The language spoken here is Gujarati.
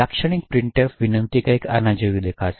લાક્ષણિક પ્રિન્ટફ વિનંતી આના જેવું કંઈક દેખાશે